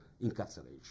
incarceration